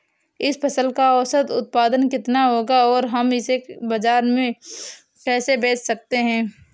इस फसल का औसत उत्पादन कितना होगा और हम इसे बाजार में कैसे बेच सकते हैं?